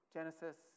Genesis